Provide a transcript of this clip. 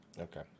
Okay